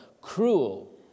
cruel